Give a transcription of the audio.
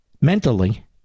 mentally